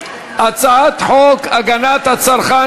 אם כן, אין הצבעה על הצעת החוק.